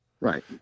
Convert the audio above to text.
right